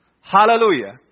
Hallelujah